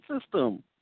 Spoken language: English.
system